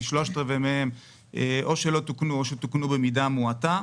כשלושת רבעי מהם או שלא תוקנו או שתוקנו במידה מועטה.